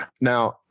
now